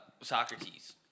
Socrates